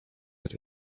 that